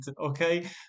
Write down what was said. Okay